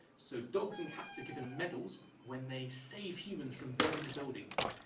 so dogs and cats are given medals when they save humans from burning buildings.